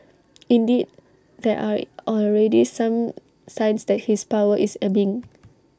indeed there are already some signs that his power is ebbing